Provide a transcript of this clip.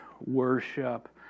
worship